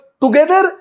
together